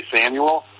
Samuel